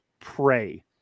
pray